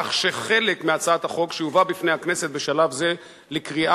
כך שחלק מהצעת החוק שיובא בפני הכנסת בשלב זה לקריאה